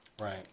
right